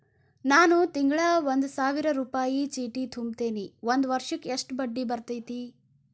ನಾನು ತಿಂಗಳಾ ಒಂದು ಸಾವಿರ ರೂಪಾಯಿ ಚೇಟಿ ತುಂಬತೇನಿ ಒಂದ್ ವರ್ಷಕ್ ಎಷ್ಟ ಬಡ್ಡಿ ಬರತೈತಿ?